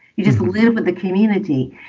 you just live with the community.